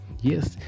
yes